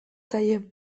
zaie